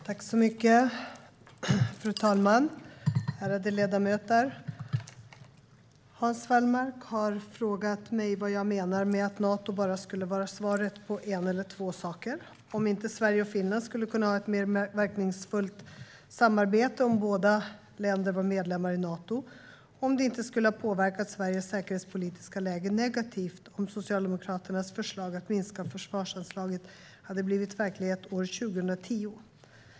Svar på interpellationer Fru talman och ärade ledamöter! Hans Wallmark har frågat mig vad jag menar med att Nato bara skulle vara svaret på en eller två saker, om inte Sverige och Finland skulle kunna ha ett mer verkningsfullt samarbete om båda länderna var medlemmar i Nato och om det inte skulle ha påverkat Sveriges säkerhetspolitiska läge negativt om Socialdemokraternas förslag att minska försvarsanslaget hade blivit verklighet år 2010.